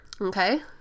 Okay